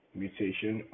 mutation